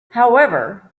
however